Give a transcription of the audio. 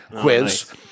Quiz